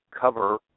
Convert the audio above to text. cover